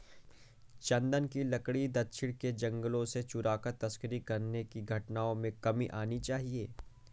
चन्दन की लकड़ी दक्षिण के जंगलों से चुराकर तस्करी करने की घटनाओं में कमी आनी चाहिए